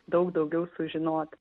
daug daugiau sužinot